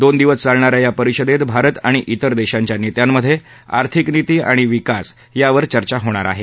दोन दिवस चालणाऱ्या या परिषदेत भारत आणि त्विर देशांच्या नेत्यांमध्ये आर्थिक निती आणि विकास यावर चर्चा होणार आहे